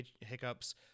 hiccups